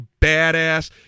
badass